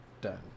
done